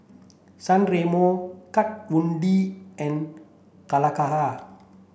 San Remo Kat Von D and Calacara